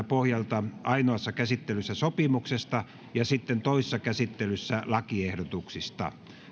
pohjalta ainoassa käsittelyssä sopimuksesta ja sitten toisessa käsittelyssä lakiehdotuksista